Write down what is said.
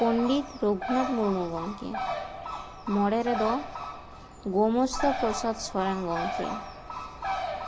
ᱯᱚᱱᱰᱤᱛ ᱨᱟᱹᱜᱷᱩᱱᱟᱛᱷ ᱢᱩᱨᱢᱩ ᱜᱚᱢᱠᱮ ᱢᱚᱬᱮ ᱨᱮᱫᱚ ᱜᱚᱢᱚᱥᱛᱟ ᱯᱨᱚᱥᱟᱫᱽ ᱥᱚᱨᱮᱱ ᱜᱚᱢᱠᱮ